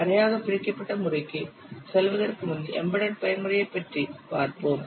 அரையாக பிரிக்கப்பட்ட முறைக்குச் செல்வதற்கு முன் எம்பெடெட் பயன்முறையைப் பற்றி பார்ப்போம்